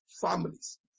families